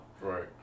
Right